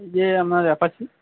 যে আমার অ্যাপাচি